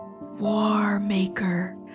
war-maker